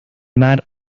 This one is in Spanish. mar